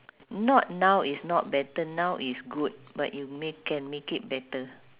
not now is not better now is good but you make can make it better